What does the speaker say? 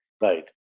Right